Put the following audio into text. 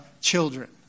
children